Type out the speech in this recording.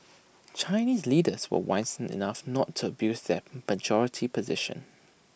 Chinese leaders were wise enough not to abuse their majority position